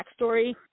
backstory